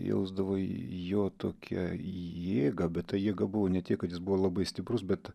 jausdavai jo tokią jėgą bet ta jėga buvo ne tiek kad jis buvo labai stiprus bet